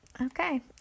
Okay